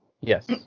Yes